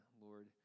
lord